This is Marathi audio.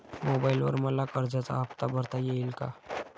मोबाइलवर मला कर्जाचा हफ्ता भरता येईल का?